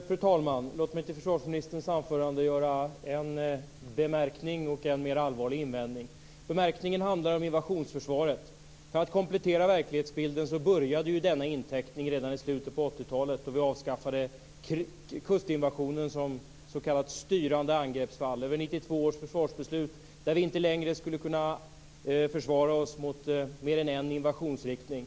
Fru talman! Låt mig till försvarsministerns anförande göra en bemärkning och en mera allvarlig invändning. Bemärkningen handlar om invasionsförsvaret. För att komplettera verklighetsbilden började denna inteckning redan i slutet av 80-talet då vi avskaffade kustinvasionen som s.k. styrande angreppsfall. I 92 års försvarsbeslut skulle vi inte längre kunna försvara oss i mer än en invasionsriktning.